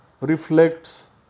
reflects